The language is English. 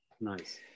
nice